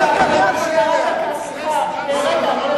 חבר הכנסת זאב, גם אתה רוצה?